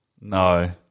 no